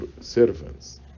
servants